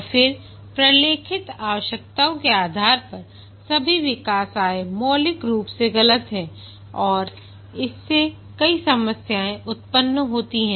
और फिर प्रलेखित आवश्यकताओं के आधार पर सभी विकास आय मौलिक रूप से गलत हैं और इससे कई समस्याएं उत्पन्न होती हैं